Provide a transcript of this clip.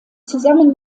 zusammen